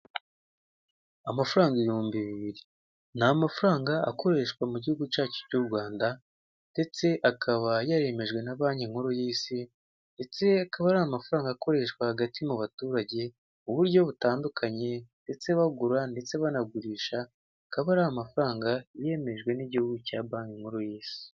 Amafaranga ibihumbi bibiri, ni amafaranga akoreshwa mu gihugu cyacu cy'u Rwanda, ndetse akaba yaremejwe na banki nkuru y'isi ndetse akaba arifaranga akoreshwa hagati mu baturage mu buryo butandukanye, ndetse bagura ndetse banagurisha, akaba ari amafaranga yemejwe n'igihugu cya banki nkuru y'isi.